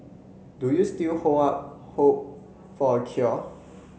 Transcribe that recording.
do you still hold out hope for a cure